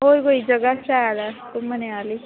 होर कोई जगह शैल ऐ घूमने आह्ली